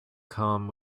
come